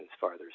farther